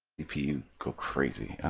you can crazy,